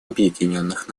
объединенных